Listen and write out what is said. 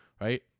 right